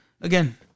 again